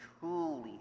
truly